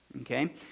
okay